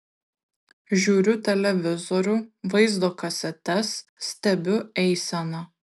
žiūriu televizorių vaizdo kasetes stebiu eiseną